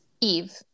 eve